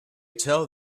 tell